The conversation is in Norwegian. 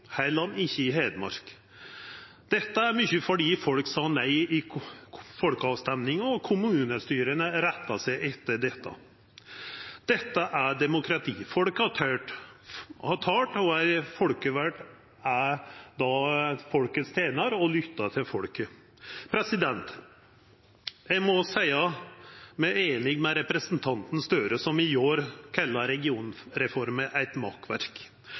heller ikkje i Hedmark fylke. Dette er mykje fordi folk sa nei i folkeavstemmingar, og kommunestyra retta seg etter dette. Dette er demokrati. Folket har talt, og ein som er folkevald, er folkets tenar og lyttar til folket. Eg må seia meg einig med representanten Gahr Støre, som i går kalla regionreforma eit